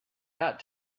that